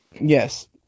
Yes